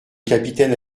capitaine